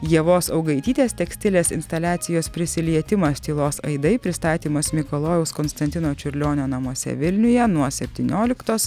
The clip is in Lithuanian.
ievos augaitytės tekstilės instaliacijos prisilietimas tylos aidai pristatymas mikalojaus konstantino čiurlionio namuose vilniuje nuo septynioliktos